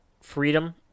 freedom